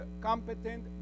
competent